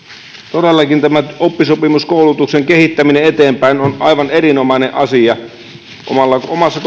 todellakin tämä oppisopimuskoulutuksen kehittäminen eteenpäin on aivan erinomainen asia omassa